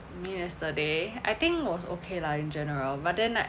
you mean yesterday I think was okay lah in general but then like